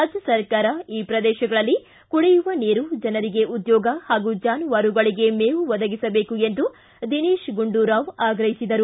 ರಾಜ್ಯ ಸರ್ಕಾರ ಈ ಪ್ರದೇಶಗಳಲ್ಲಿ ಕುಡಿಯುವ ನೀರು ಜನರಿಗೆ ಉದ್ಯೋಗ ಹಾಗೂ ಜಾನುವಾರುಗಳಿಗೆ ಮೇವು ಒದಗಿಸಬೇಕು ಎಂದು ದಿನೇಶ್ ಗುಂಡೂರಾವ್ ಆಗ್ರಹಿಸಿದರು